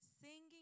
singing